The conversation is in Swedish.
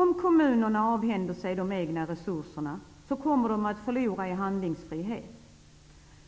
Om kommunerna avhänder sig de egna resurserna kommer de att förlora i handlingsfrihet.